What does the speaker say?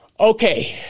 Okay